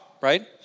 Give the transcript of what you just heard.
right